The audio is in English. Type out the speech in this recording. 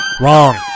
Wrong